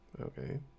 okay